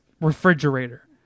refrigerator